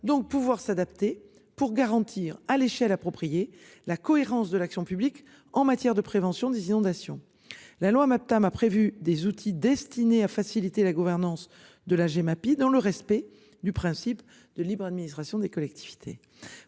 donc pouvoir s'adapter pour garantir à l'échelle appropriée la cohérence de l'action publique en matière de prévention des inondations. La loi MAPTAM a prévu des outils destinés à faciliter la gouvernance de la Gemapi dans le respect du principe de libre administration des collectivités